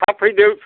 थाब फैदो